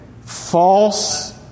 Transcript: false